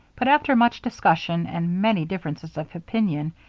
but after much discussion and many differences of opinion,